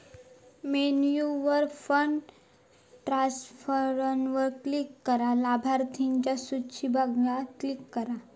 मेन्यूवर फंड ट्रांसफरवर क्लिक करा, लाभार्थिंच्या सुची बघान क्लिक करा